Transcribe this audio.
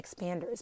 expanders